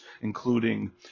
including